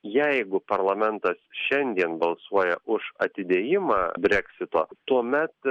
jeigu parlamentas šiandien balsuoja už atidėjimą breksito tuomet